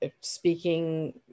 speaking